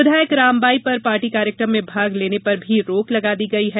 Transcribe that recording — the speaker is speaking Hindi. विधायक रामबाई पर पार्टी कार्यक्रम में भाग लेने पर भी रोक लगा दी गई है